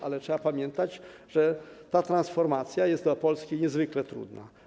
Ale trzeba pamiętać, że ta transformacja jest dla Polski niezwykle trudna.